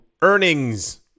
earnings